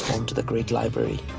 to the great library,